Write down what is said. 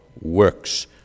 works